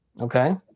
Okay